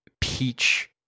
peach